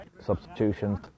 substitutions